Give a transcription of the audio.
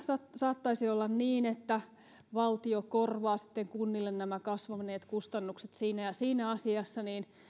saattaisi olla niin että valtio korvaa sitten kunnille nämä kasvaneet kustannukset siinä ja siinä asiassa